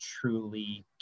truly